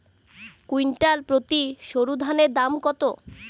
Quintal প্রতি সরুধানের দাম কত?